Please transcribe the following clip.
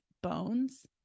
bones